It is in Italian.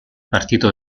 partito